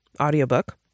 Audiobook